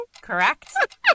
Correct